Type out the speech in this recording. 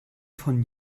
von